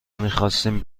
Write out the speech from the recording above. میخواستیم